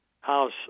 House